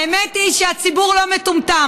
האמת היא שהציבור לא מטומטם.